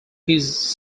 his